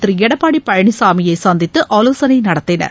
திரு எடப்பாடி பழனிசாமியை சந்தித்து ஆலோசனை நடத்தினர்